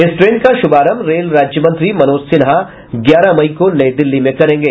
इस ट्रेन का शुभारंभ रेल राज्य मंत्री मनोज सिन्हा ग्यारह मई को नई दिल्ली से करेंगे